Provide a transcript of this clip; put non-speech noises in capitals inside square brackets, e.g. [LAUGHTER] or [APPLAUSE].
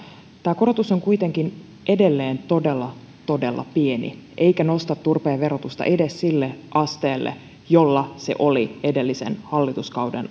tämä korotus on kuitenkin edelleen todella todella pieni eikä nosta turpeen verotusta edes sille asteelle jolla se oli edellisen hallituskauden [UNINTELLIGIBLE]